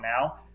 now